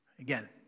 Again